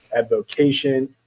advocation